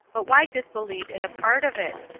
but why disbelieve in a part of it?